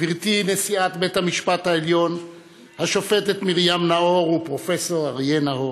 גברתי נשיאת בית-המשפט העליון השופטת מרים נאור ופרופסור אריה נאור,